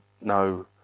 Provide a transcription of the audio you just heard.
no